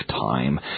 time